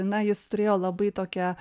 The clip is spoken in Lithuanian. na jis turėjo labai tokią